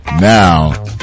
now